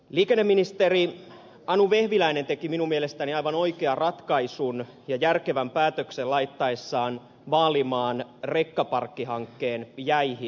liikenneministeri anu vehviläinen teki minun mielestäni aivan oikean ratkaisun ja järkevän päätöksen laittaessaan vaalimaan rekkaparkkihankkeen jäihin